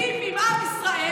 להיטיב עם עם ישראל,